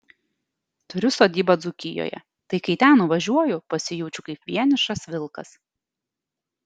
turiu sodybą dzūkijoje tai kai ten nuvažiuoju pasijaučiu kaip vienišas vilkas